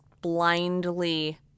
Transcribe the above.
blindly